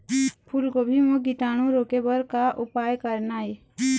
फूलगोभी म कीटाणु रोके बर का उपाय करना ये?